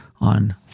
on